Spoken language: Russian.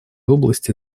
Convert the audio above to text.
области